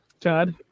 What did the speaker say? Todd